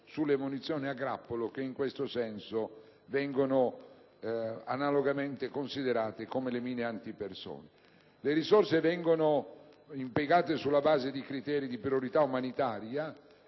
sulle munizioni a grappolo, che in questo senso vengono analogamente considerate come le mine antipersona. Le risorse vengono impiegate sulla base di criteri di priorità umanitaria